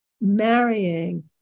marrying